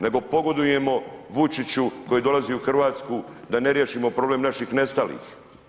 Nego pogodujemo Vučiću koji dolazi u Hrvatsku da ne riješimo problem naših nestalih.